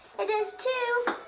it does too!